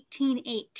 1818